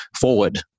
forward